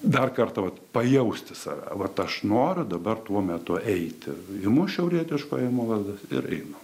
dar kartą vat pajausti save vat aš noriu dabar tuo metu eiti imu šiaurietiško ėjimo lazdas ir einu